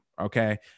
Okay